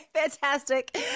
fantastic